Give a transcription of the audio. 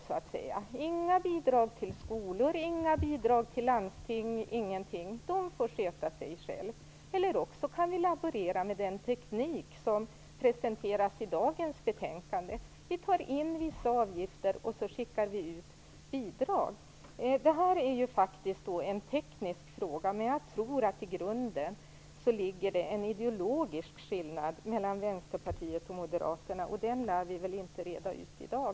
Det blir inga bidrag till skolor och inga bidrag till landsting. De får sköta sig själva. Vi kan också laborera med den teknik som presenteras i dagens betänkande. Vi tar in vissa avgifter, och så skickar vi ut bidrag. Det här är en teknisk fråga. Men jag tror att det i grunden finns en ideologisk skillnad mellan Vänsterpartiet och Moderaterna, och den lär vi inte reda ut i dag.